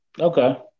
Okay